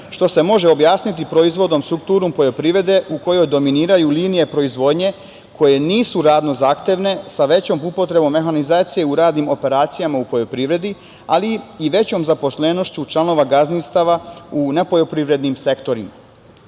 što se može objasniti proizvodom strukturom poljoprivrede u kojoj dominiraju linije proizvodnje koje nisu radno zahtevne sa većom upotrebom mehanizacije u radnim operacijama u poljoprivredi, ali i većom zaposlenošću članova gazdinstava u nepoljoprivrednim sektorima. Ako